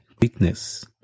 Weakness